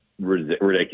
ridiculous